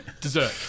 dessert